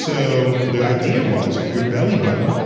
so, the idea was, your bellybutton,